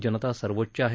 जनता सर्वोच्च आहे